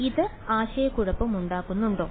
ഇത് ആശയക്കുഴപ്പമുണ്ടാക്കുന്നുണ്ടോ